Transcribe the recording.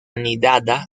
nidada